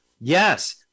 yes